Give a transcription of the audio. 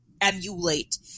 emulate